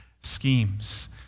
schemes